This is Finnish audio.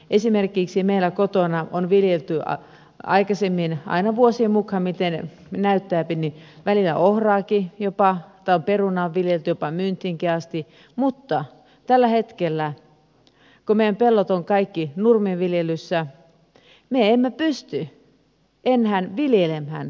esimerkiksi meillä kotona on viljelty aikaisemmin aina vuosien mukaan miten näyttääpi välillä ohraakin jopa tai on perunaa viljelty jopa myyntiinkin asti mutta tällä hetkellä kun meidän pellot ovat kaikki nurmiviljelyssä me emme pysty enää viljelemään ohraa